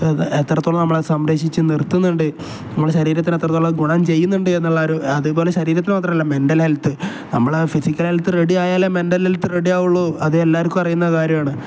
എത്രത്തോളം നമ്മളെ സംരക്ഷിച്ച് നിർത്തുന്നുണ്ട് നമ്മൾ ശരീരത്തിന് എത്രത്തോളം അത് ഗുണം ചെയ്യുന്നുണ്ട് എന്ന് എല്ലാവരും അതുപോലെ ശരീരത്തിന് മാത്രമല്ല മെ്റൽ ഹെൽത്ത് നമ്മൾ ഫിസിക്കൽ ഹെൽത്ത് റെഡി ആയാലും മെൻറൽ ഹെൽത്ത് റെഡി ആകുകയുള്ളൂ അത് എല്ലാവർക്കും അറിയുന്ന കാര്യമാണ്